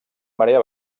marea